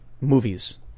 movies